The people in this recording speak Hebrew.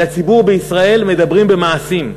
אל הציבור בישראל מדברים במעשים,